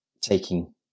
taking